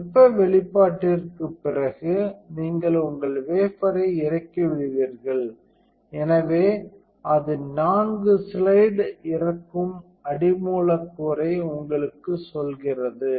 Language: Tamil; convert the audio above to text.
வெப்ப வெளிப்பாட்டிற்குப் பிறகு நீங்கள் உங்கள் வேபரை இறக்கிவிடுவீர்கள் எனவே அது நான்கு ஸ்லைடு இறக்கும் அடி மூலக்கூறை உங்களுக்குச் சொல்கிறது